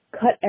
cut